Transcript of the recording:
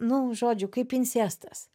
nu žodžiu kaip incestas